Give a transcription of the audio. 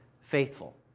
faithful